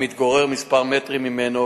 המתגורר במרחק כמה מטרים ממנו.